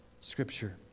Scripture